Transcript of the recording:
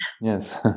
Yes